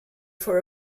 for